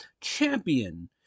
champion